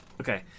Okay